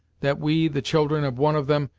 that we, the children of one of them,